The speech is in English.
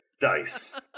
dice